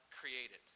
created